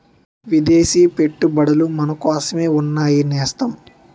విదేశీ పెట్టుబడులు మనకోసమే ఉన్నాయి నేస్తం